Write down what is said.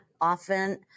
often